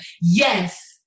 Yes